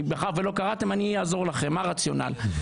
מאחר שלא קראתם אני אעזור לכם, מה הרציונל?